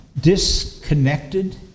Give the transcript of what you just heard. disconnected